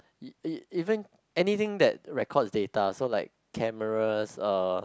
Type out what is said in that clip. even anything that record data so like cameras uh